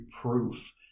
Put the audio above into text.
proof